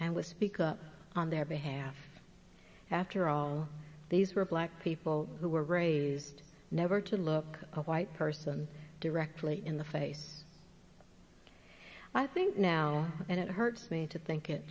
and was speak up on their behalf after all these were black people who were raised never to look a white person directly in the face i think now and it hurts me to think it